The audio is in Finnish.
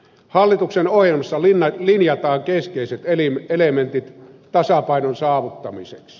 hallituksen ohjelmassa linjataan keskeiset elementit tasapainon saavuttamiseksi